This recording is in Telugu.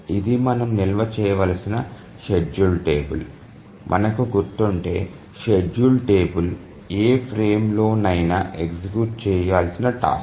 ఇది మనం నిల్వ చేయవలసిన షెడ్యూల్ టేబుల్ మనకు గుర్తుంటే షెడ్యూల్ టేబుల్ ఏ ఫ్రేమ్లోనైనా ఎగ్జిక్యూట్ చేయాల్సిన టాస్క్